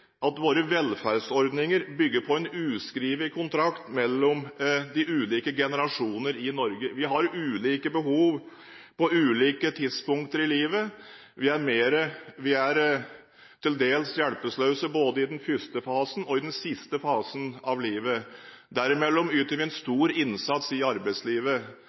at våre velferdsordninger bygger på en uskreven kontrakt mellom de ulike generasjoner i Norge. Vi har ulike behov på ulike tidspunkter i livet. Vi er til dels hjelpeløse både i den første fasen og i den siste fasen av livet. Derimellom yter vi en stor innsats i arbeidslivet.